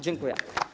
Dziękuję.